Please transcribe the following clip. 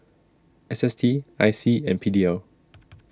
S S T I C and P D L